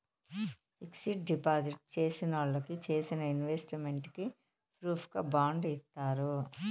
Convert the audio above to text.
fixed deposit చేసినోళ్ళకి చేసిన investment కి ప్రూఫుగా బాండ్ ఇత్తారు